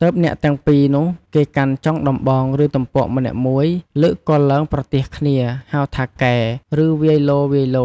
ទើបអ្នកទាំង ២នោះគេកាន់ចុងដំបង ឬទំពក់ម្នាក់មួយ លើកគល់ឡើងប្រទាសគ្នាហៅថា កែ គឺវាយល